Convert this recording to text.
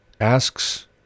asks